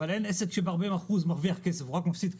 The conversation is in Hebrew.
אבל אין עסק שב-40% מרוויח כסף, הוא רק מפסיד כסף.